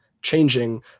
changing